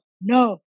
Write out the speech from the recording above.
no